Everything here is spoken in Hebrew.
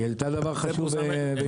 היא העלתה דבר חשוב וענייני.